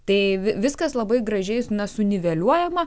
tai viskas labai gražiai na suniveliuojama